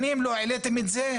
שנים לא העליתם את זה,